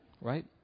right